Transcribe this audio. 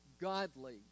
godly